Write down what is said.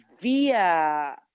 via